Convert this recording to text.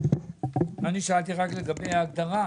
אני שאלתי רק לגבי הגדרה,